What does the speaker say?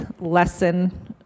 lesson